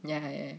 yeah yeah